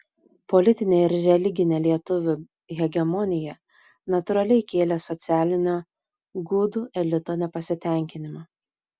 politinė ir religinė lietuvių hegemonija natūraliai kėlė socialinio gudų elito nepasitenkinimą